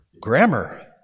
grammar